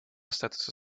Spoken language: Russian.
статуса